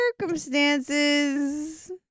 circumstances